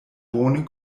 bone